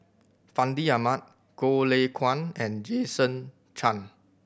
Fandi Ahmad Goh Lay Kuan and Jason Chan